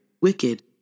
wicked